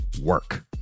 work